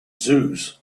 zoos